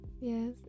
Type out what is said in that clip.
yes